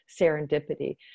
serendipity